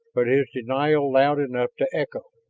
but his denial loud enough to echo.